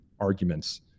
arguments